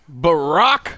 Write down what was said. Barack